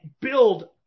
build